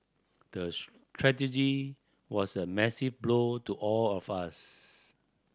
the tragedy was a massive blow to all of us